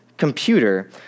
computer